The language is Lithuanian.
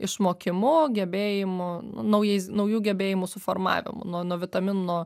išmokimu gebėjimu naujais naujų gebėjimų suformavimu nuo nuo vitamino